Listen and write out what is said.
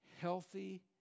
Healthy